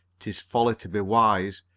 tis folly to be wise,